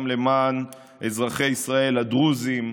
גם למען אזרחי ישראל הדרוזים,